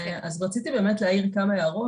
אז רציתי באמת להעיר כמה הערות.